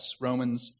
Romans